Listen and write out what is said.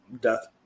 death